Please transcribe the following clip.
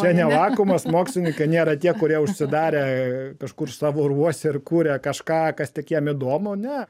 čia ne vakuumas mokslininkai nėra tie kurie užsidarę kažkur savo ruose ir kuria kažką kas tik jam įdomu ne